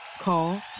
Call